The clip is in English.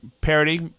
parody